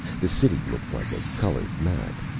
the city looked like a colored map,